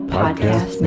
Podcast